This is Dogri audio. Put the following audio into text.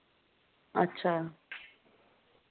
अच्छा